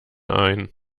ein